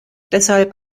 deshalb